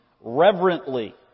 reverently